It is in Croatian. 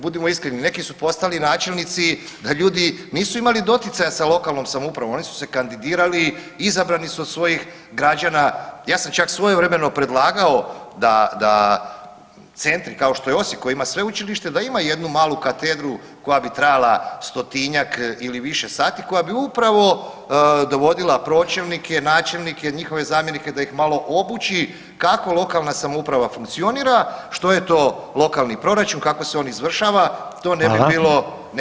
Budimo iskreni, neki su postali načelnici, ljudi nisu imali doticaja sa lokalnom samoupravom, oni su se kandidirali, izabrani su od svojih građana, ja sam čak svojevremeno predlagao da centri kao što je Osijek koji ima sveučilište, da ima jednu mali katedru koja bi trajala stotinjak ili više sati, koja bi upravo dovodila pročelnike, načelnike, njihove zamjenike, da ih malo obuči kako lokalna samouprava funkcionira, što je to lokalni proračun, kako se on izvršava, to ne bi bilo, [[Upadica: Hvala.]] ne bi bilo uopće loše.